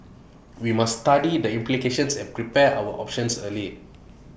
we must study the implications and prepare our options early